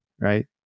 right